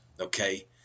okay